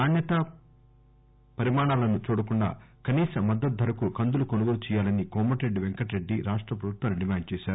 నాణ్యత పరిమాణాలను చూడకుండా కనీస మద్దతు ధరకు కందులు కొనుగోలు చేయాలని కోమటిరెడ్డి పెంకటరెడ్డి రాష్ట ప్రభుత్వాన్ని డిమాండ్ చేశారు